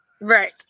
Right